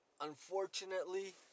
unfortunately